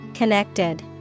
Connected